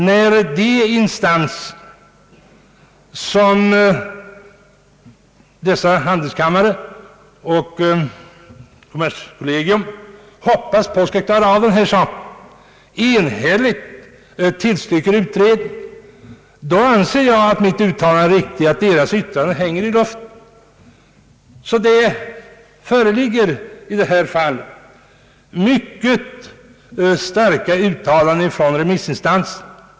När de instanser som dessa handelskammare och kommerskollegium hoppas skall klara av denna sak enhälligt tillstyrker utredning, anser jag att mitt uttalande är riktigt, att deras yttranden hänger i luften. Det föreligger alltså i detta fall mycket starka uttalanden från remissinstanser.